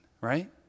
Right